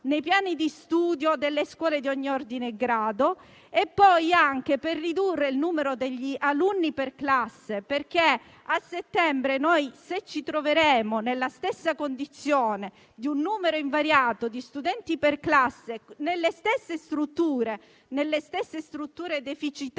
nei piani di studio delle scuole di ogni ordine e grado e poi per ridurre il numero degli alunni per classe. A settembre, infatti, se ci troveremo nella stessa condizione, con un numero invariato di studenti per classe nelle stesse strutture deficitarie